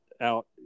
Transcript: out